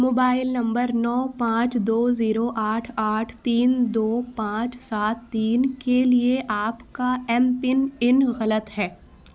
mobile number نو پانچ دو زیرو آٹھ آٹھ تین دو پانچ سات تین کے لیے آپ کا ایم پن ان غلط ہے